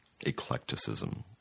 eclecticism